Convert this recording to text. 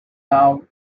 now